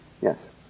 Yes